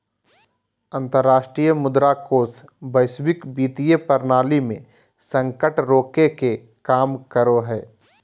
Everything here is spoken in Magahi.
अंतरराष्ट्रीय मुद्रा कोष वैश्विक वित्तीय प्रणाली मे संकट रोके के काम करो हय